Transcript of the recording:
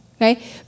Okay